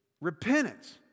repentance